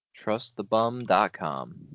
TrustTheBum.com